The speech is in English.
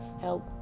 help